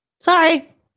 Sorry